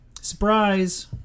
Surprise